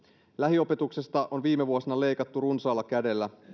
lähiopetuksesta on viime vuosina leikattu runsaalla kädellä